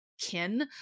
kin